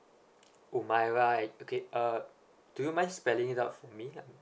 umaira at buki~ uh do you mind spelling it out for me